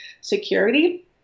security